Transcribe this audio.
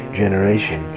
generation